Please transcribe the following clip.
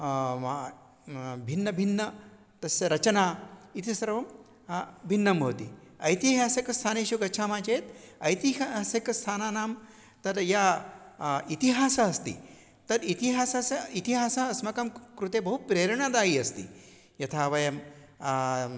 भिन्नभिन्न तस्य रचना इति सर्वं भिन्नं भवति ऐतिहासिकस्थानेषु गच्छामः चेत् ऐतिहासिकस्थानानां तत् या इतिहासः अस्ति तत् इतिहासस्य इतिहासः अस्माकं कृते बहु प्रेरणादायी अस्ति यथा वयं